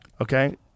Okay